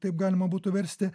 taip galima būtų versti